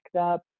up